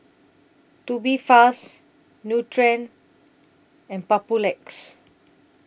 Tubifast Nutren and Papulex